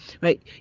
right